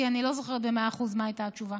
כי אני לא זוכרת במאה אחוז מה הייתה התשובה.